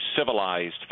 civilized